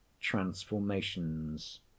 transformations